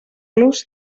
los